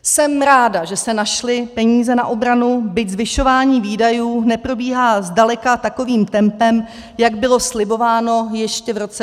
Jsem ráda, že se našly peníze na obranu, byť zvyšování výdajů neprobíhá zdaleka takovým tempem, jak bylo slibováno ještě v roce 2014.